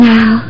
Now